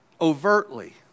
overtly